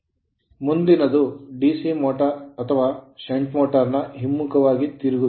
ಮುಂದಿನದು DC motor motor ಅಥವಾ shunt motor shunt motor ನ ಹಿಮ್ಮುಖವಾಗಿ ತಿರುಗುವಿಕೆ